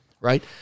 right